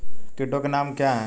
कीटों के नाम क्या हैं?